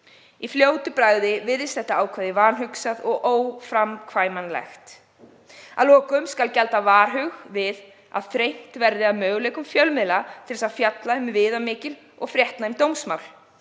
Í fljótu bragði virðist þetta ákvæði vanhugsað og óframkvæmanlegt. Að lokum skal gjalda varhuga við því að þrengt verði að möguleikum fjölmiðla til að fjalla um viðamikil og fréttnæm dómsmál.